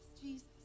Jesus